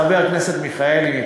חבר הכנסת מיכאלי,